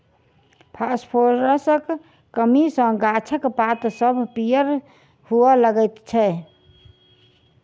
फासफोरसक कमी सॅ गाछक पात सभ पीयर हुअ लगैत छै